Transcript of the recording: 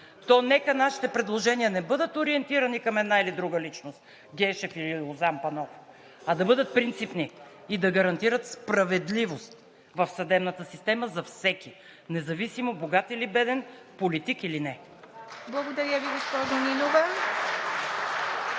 то нека нашите предложения да не бъдат ориентирани към една или друга личност Гешев или Лозан Панов, а да бъдат принципни и да гарантират справедливост в съдебната система за всеки, независимо богат или беден, политик или не. (Ръкопляскания и